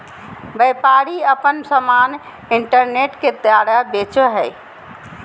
व्यापारी आपन समान इन्टरनेट के द्वारा बेचो हइ